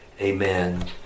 Amen